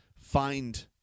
find